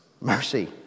Mercy